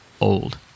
old